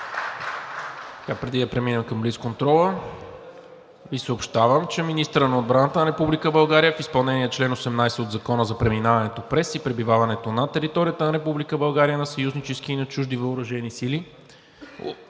Преди да преминем към блицконтрола, Ви съобщавам, че министърът на отбраната на Република България в изпълнение на чл. 18 от Закона за преминаването през и пребиваването на територията на Република България на съюзнически и на чужди въоръжени сили